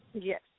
Yes